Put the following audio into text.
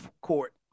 court